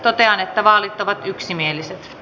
totean että vaalit ovat yksimieliset